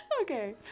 Okay